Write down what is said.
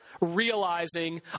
realizing